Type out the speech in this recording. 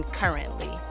currently